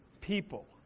people